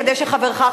כדי שחברך,